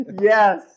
yes